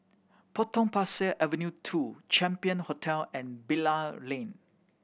Potong Pasir Avenue Two Champion Hotel and Bilal Lane